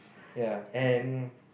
yea and